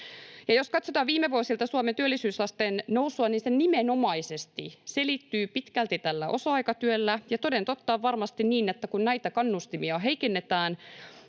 jos katsotaan viime vuosilta Suomen työllisyysasteen nousua, niin se nimenomaisesti selittyy pitkälti tällä osa-aikatyöllä. Toden totta, on varmasti niin, että kun näitä kannustimia heikennetään